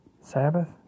Sabbath